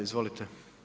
Izvolite.